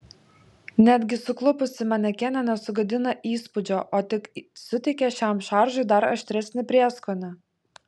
netgi suklupusi manekenė nesugadina įspūdžio o tik suteikia šiam šaržui dar aštresnį prieskonį